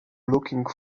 looking